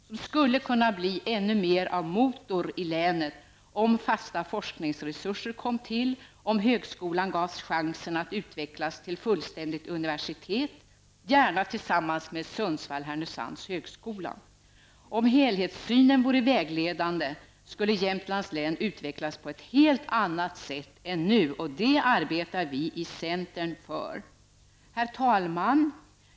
Den skulle kunna bli ännu mera motor i länet om fasta forskningsresurser tillkom och om högskolan gavs chansen att utvecklas till fullständigt universitet, gärna tillsammans med Sundsvall/Härnösands högskola. Om helhetssynen vore vägledande skulle Jämtlands län utvecklas på ett helt annat sätt än nu. Det arbetar vi för i centern. Herr talman!